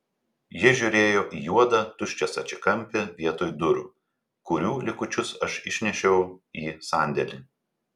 ji žiūrėjo į juodą tuščią stačiakampį vietoj durų kurių likučius aš išnešiau į sandėlį